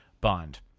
Bond